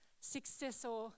successor